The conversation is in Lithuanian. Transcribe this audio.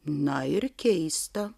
na ir keista